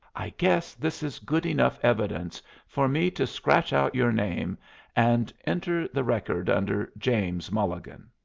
i guess this is good enough evidence for me to scratch out your name and enter the record under james mulligan.